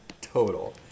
total